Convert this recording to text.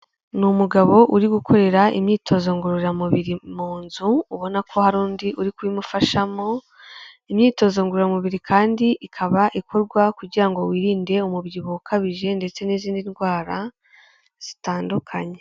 Ni umugabo uri gukorera imyitozo ngororamubiri mu nzu ubona ko hari undi uri kubimufashamo, imyitozo ngororamubiri kandi ikaba ikorwa kugira ngo wirinde umubyibuho ukabije ndetse n'izindi ndwara zitandukanye.